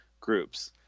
groups